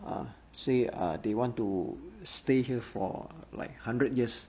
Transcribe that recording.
uh say uh they want to stay here for like hundred years